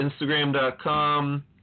instagram.com